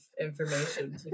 information